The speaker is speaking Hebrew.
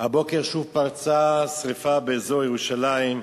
הבוקר שוב פרצה שרפה באזור ירושלים.